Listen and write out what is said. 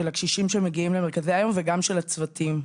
של הקשישים שמגיעים למרכזי היום וגם של הצוותים.